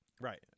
Right